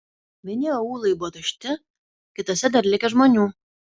vieni aūlai buvo tušti kituose dar likę žmonių